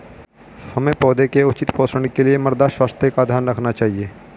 हमें पौधों के उचित पोषण के लिए मृदा स्वास्थ्य का ध्यान रखना चाहिए